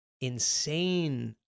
insane